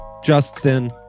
Justin